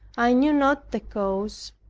i knew not the cause.